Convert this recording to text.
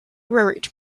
worried